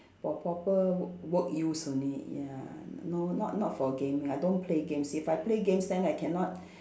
for proper w~ work use only ya no not not for gaming I don't play games if I play games then I cannot